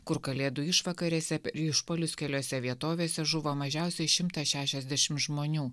kur kalėdų išvakarėse išpuolius keliose vietovėse žuvo mažiausiai šimtas šešiasdešim žmonių